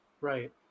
right